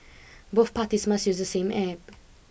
both parties must use the same App